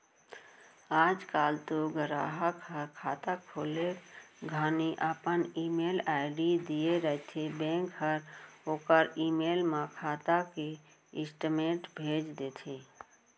आज काल तो गराहक ह खाता खोले घानी अपन ईमेल आईडी दिए रथें बेंक हर ओकर ईमेल म खाता के स्टेटमेंट भेज देथे